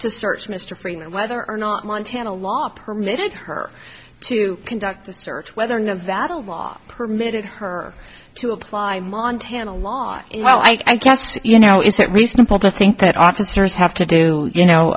to search mr freeman whether or not montana law permitted her to conduct the search whether nevada law permitted her to apply montana law well i guess you know is it reasonable to think that officers have to do you know